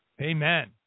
Amen